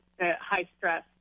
high-stress